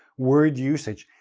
word usage,